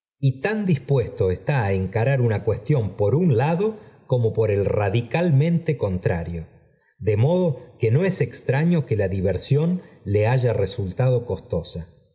tan dispuesto está á encarar una cuestión por un lado como por el radicalmente contrario de modo que no es extraño que la diversión le haya resultado costosa